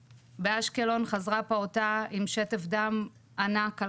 באשקלון חזרה פעוטה עם שטף דם ענק על